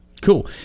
Cool